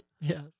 Yes